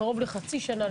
קרוב לחצי שנה,